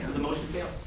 the motion fails.